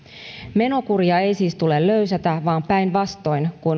menokuria ei siis tule löysätä päinvastoin kuin